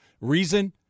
Reason